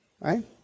Right